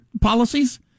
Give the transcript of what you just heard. policies